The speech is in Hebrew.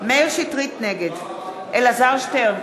נגד אלעזר שטרן,